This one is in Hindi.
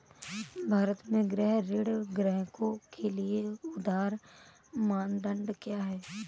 भारत में गृह ऋण ग्राहकों के लिए उधार मानदंड क्या है?